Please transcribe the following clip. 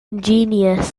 ingenious